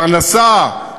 פרנסה,